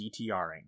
dtring